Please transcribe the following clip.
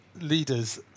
leaders